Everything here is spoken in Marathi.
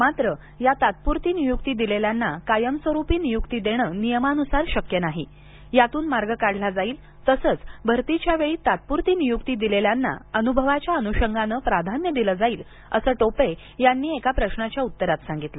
मात्र या तात्पुरती नियुक्ती दिलेल्यांना कायमस्वरुपी नियुक्ती देणं नियमानुसार शक्य नाही यातून मार्ग काढला जाईल तसंच भरतीच्या वेळी तात्पुरती नियुक्ती दिलेल्यांना अनुभवाच्या अनुषंगानं प्राधान्य दिल जाईल असं टोपे यांनी एका प्रश्नाच्या उत्तरात सांगितलं